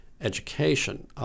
education